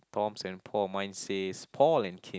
Toms and Paul mine says Paul and Kim